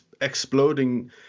exploding